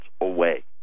away